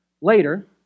Later